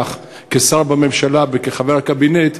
כשר בממשלה וכחבר הקבינט,